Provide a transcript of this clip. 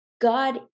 God